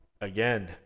again